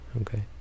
Okay